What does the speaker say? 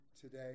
today